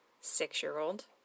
six-year-old